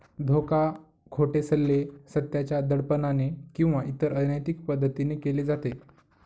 धोका, खोटे सल्ले, सत्याच्या दडपणाने किंवा इतर अनैतिक पद्धतीने केले जाते